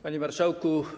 Panie Marszałku!